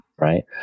right